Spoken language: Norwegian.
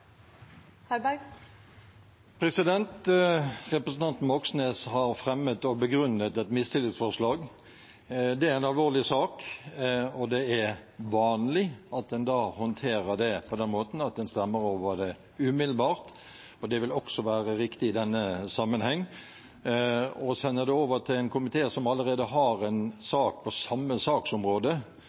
til. Representanten Moxnes har fremmet og begrunnet et mistillitsforslag. Det er en alvorlig sak, og det er vanlig at en da håndterer det på den måten at en stemmer over det umiddelbart. Det vil også være riktig i denne sammenheng. Å sende det over til en komité som allerede har en sak på samme saksområde,